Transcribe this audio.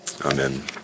Amen